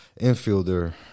Infielder